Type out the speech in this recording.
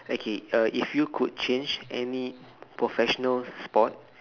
okay if you could change any professional sport